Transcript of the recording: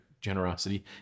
generosity